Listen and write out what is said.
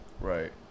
Right